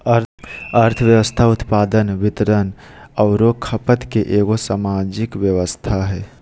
अर्थव्यवस्था उत्पादन, वितरण औरो खपत के एगो सामाजिक व्यवस्था हइ